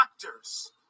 doctors